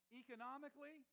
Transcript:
economically